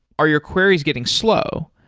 are your queries getting slow?